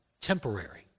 temporary